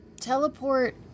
Teleport